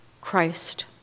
Christ